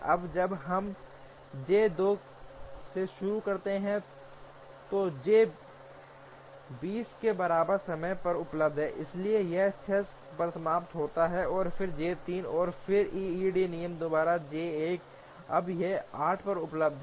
अब जब हम जे २ से शुरू करते हैं तो जे २ 0 के बराबर समय पर उपलब्ध है इसलिए यह 6 पर समाप्त होगा और फिर J 3 और फिर EDD नियम द्वारा J 1 अब यह 8 पर उपलब्ध है